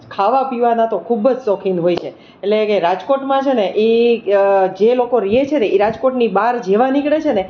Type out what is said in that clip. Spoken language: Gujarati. ખાવાપીવાના તો ખૂબ જ શોખીન હોય છે એટલે કે રાજકોટમાં છેને એ જે લોકો રહે છેને એ રાજકોટની બહાર જેવા નીકળે છેને